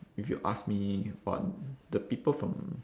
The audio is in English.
if you ask me what the people from